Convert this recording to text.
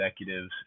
executives